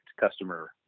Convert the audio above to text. customer